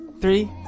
Three